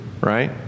Right